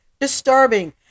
disturbing